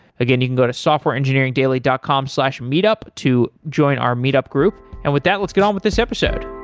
again, you can go to softwareengineeringdaily dot com slash meetup to join our meetup group and with that, let's get on with this episode